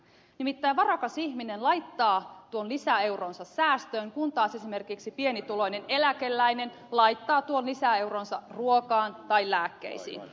nimittäin varakas ihminen laittaa tuon lisäeuronsa säästöön kun taas esimerkiksi pienituloinen eläkeläinen laittaa tuon lisäeuronsa ruokaan tai lääkkeisiin